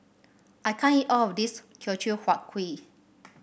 I can't eat all of this Teochew Huat Kuih